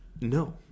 no